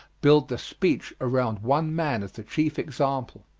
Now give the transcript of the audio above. build the speech around one man as the chief example.